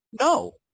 No